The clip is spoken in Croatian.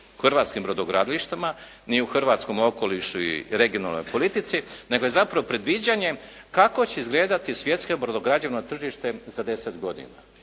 hrvatske brodogradnje nije samo ni u regionalnoj politici, nego je zapravo predviđanje kako će izgledati svjetsko brodograđevno tržište za 10 godina.